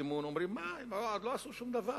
אומרים: הם עוד לא עשו שום דבר.